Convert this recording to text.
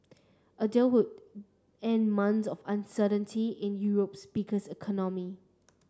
a deal would end months of uncertainty in Europe's biggest economy